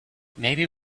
maybe